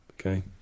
okay